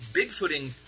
bigfooting